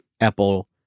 Apple